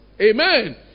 Amen